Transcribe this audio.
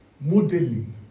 Modeling